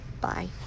Bye